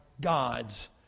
God's